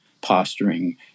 posturing